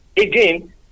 Again